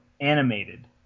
animated